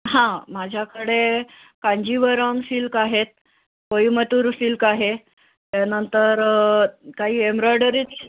हां माझ्याकडे कांजीवरम सिल्क आहेत कोईमतूर सिल्क आहे त्यानंतर काही एम्ब्रॉयडरी